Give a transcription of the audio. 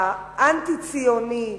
האנטי-ציוני,